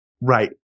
right